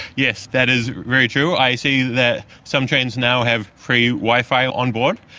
yes, that is very true. i see that some trains now have free wi-fi on-board.